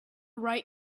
right